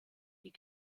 die